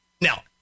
Now